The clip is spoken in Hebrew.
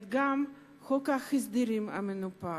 גם חוק ההסדרים המנופח,